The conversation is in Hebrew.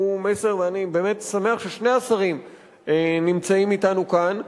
ואני באמת שמח ששני השרים נמצאים אתנו כאן,